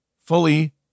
fully